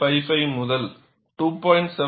55 முதல் 2